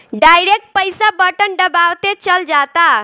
direct पईसा button दबावते चल जाता